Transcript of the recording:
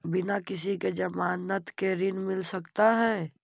बिना किसी के ज़मानत के ऋण मिल सकता है?